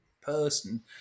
person